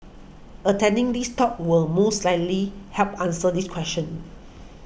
attending this talk will most likely help answer this question